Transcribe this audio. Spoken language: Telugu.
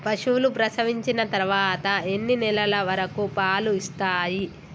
పశువులు ప్రసవించిన తర్వాత ఎన్ని నెలల వరకు పాలు ఇస్తాయి?